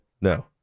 No